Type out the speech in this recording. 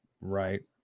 Right